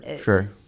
sure